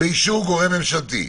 באישור גורם ממשלתי".